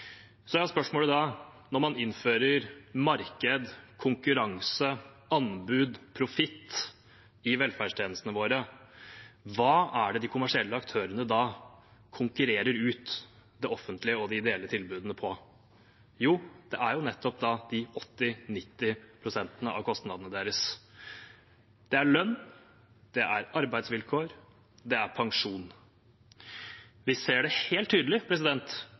Så er spørsmålet da, når man innfører marked, konkurranse, anbud, profitt i velferdstjenestene våre: Hva er det de kommersielle aktørene da konkurrerer ut de offentlige og de ideelle tilbudene på? Jo, det er nettopp på de 80–90 pst. av kostnadene deres: Det er lønn, det er arbeidsvilkår, det er pensjon. Vi ser det helt tydelig